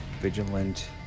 vigilant